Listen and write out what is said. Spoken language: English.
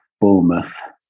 Bournemouth